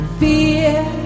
fear